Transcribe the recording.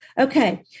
Okay